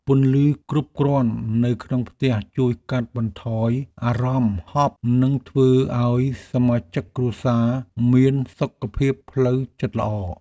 ពន្លឺគ្រប់គ្រាន់នៅក្នុងផ្ទះជួយកាត់បន្ថយអារម្មណ៍ហប់និងធ្វើឱ្យសមាជិកគ្រួសារមានសុខភាពផ្លូវចិត្តល្អ។